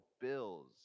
bills